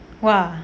!wah!